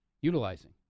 utilizing